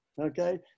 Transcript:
okay